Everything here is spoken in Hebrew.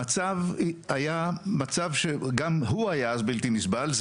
המצב היה מצב שגם הוא היה אז בלתי נסבל,